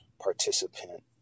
participant